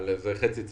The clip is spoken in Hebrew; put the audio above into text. אבל זה חצי צעד.